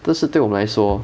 这是对我们来说